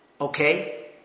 okay